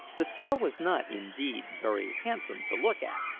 the sail was not, indeed, very handsome to look at,